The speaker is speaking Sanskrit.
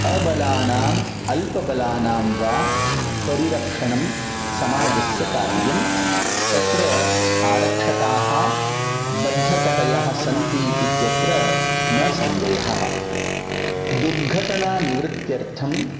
अबलानाम् अल्पबलानां वा परिरक्षणं समाजस्य कार्यम् तत्र आरक्षकाः बद्धकटयः सन्ति इत्यत्र न सन्देहः दुर्घटना निवृत्त्यर्थं